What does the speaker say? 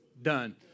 done